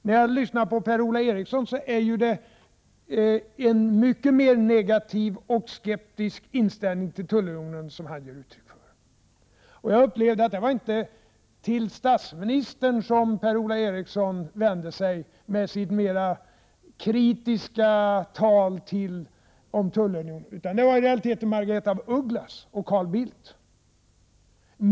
Per-Ola Eriksson ger uttryck för en mycket mera negativ och skeptisk inställning till tullunionen. Jag upplevde det inte så att Per-Ola Eriksson vände sig till statsministern med sitt mera kritiska tal om tullunion, utan det var i realiteten till Margaretha af Ugglas och Carl Bildt.